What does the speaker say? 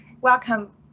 Welcome